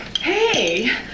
Hey